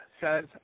says